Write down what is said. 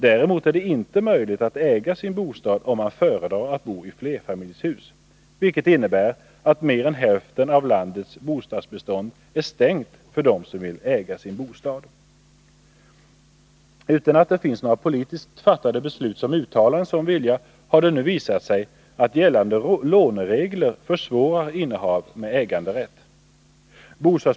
Däremot är det inte möjligt att äga sin bostad om man föredrar att bo i flerfamiljshus, vilket innebär att mer än hälften av landets bostadsbestånd är stängd för dem som vill äga sin bostad. Utan att det finns några politiskt fattade beslut som uttalar en sådan vilja, har det nu visat sig att gällande låneregler försvårar innehav med äganderätt.